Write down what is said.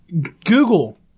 Google